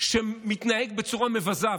שמתנהג בצורה מבזה,